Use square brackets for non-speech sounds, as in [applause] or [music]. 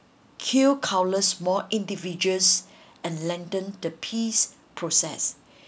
kill countless more individuals [breath] and lengthen the peace process